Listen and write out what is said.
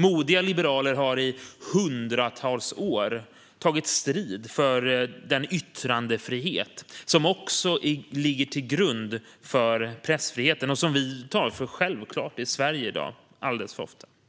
Modiga liberaler har i hundratals år tagit strid för den yttrandefrihet som vi alldeles för ofta tar för självklar i Sverige i dag och som också ligger till grund för pressfriheten.